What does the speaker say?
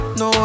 no